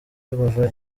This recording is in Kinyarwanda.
bava